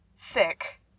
thick